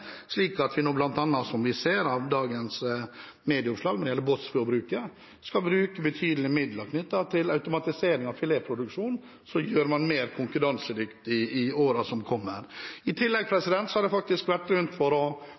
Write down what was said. Som vi ser av dagens medieoppslag om Båtsfjord-bruket, skal en bruke betydelige midler på automatisering av filetproduksjonen, som vil gjøre at en blir mer konkurransedyktig i årene som kommer. I tillegg har jeg vært rundt for å